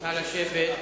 הקואליציוני